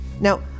Now